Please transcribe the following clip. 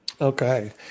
okay